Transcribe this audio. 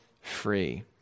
free